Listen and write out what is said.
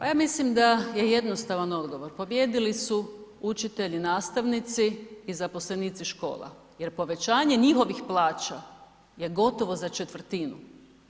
Pa ja mislim da je jednostavan odgovor, pobijedili su učitelji, nastavnici i zaposlenici škola jer povećanje njihovih plaća je gotovo za 1/4, gotovo za 1/4.